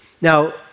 now